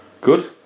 Good